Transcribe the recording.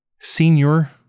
senior